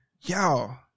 Y'all